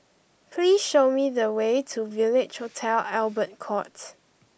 please show me the way to Village Hotel Albert Court